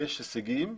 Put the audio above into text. יש הישגים,